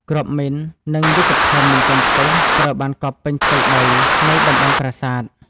គ្រាប់មីន និងយុទ្ធភណ្ឌមិនទាន់ផ្ទុះត្រូវបានកប់ពេញផ្ទៃដីនៃតំបន់ប្រាសាទ។